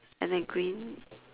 and a green